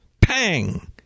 pang